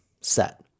set